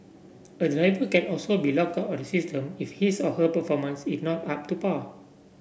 a driver can also be lock out system if his or her performance is not up to par